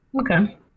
Okay